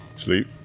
Sleep